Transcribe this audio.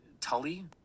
Tully